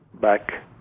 back